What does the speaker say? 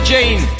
Jane